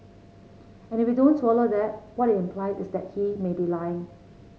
and if we don't swallow that what it implies is that he may be lying